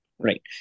Right